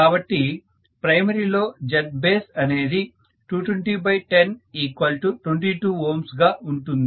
కాబట్టి ప్రైమరీ లో Zbaseఅనేది2201022ᘯగా ఉంటుంది